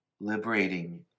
liberating